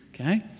okay